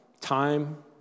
time